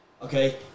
Okay